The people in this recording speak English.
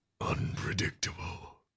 unpredictable